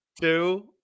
Two